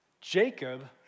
Jacob